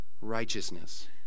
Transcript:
righteousness